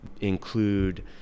include